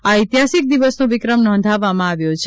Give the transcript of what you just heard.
આ ઐતિહાસિક દિવસનો વિક્રમ નોંધવામાં આવ્યો છે